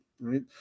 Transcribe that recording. right